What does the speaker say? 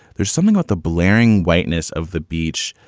there's something with the blaring whiteness of the beach.